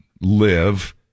live